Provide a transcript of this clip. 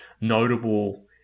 notable